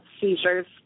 seizures